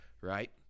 right